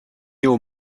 aux